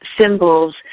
symbols